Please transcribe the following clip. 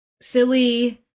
silly